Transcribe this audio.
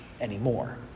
anymore